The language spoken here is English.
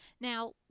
Now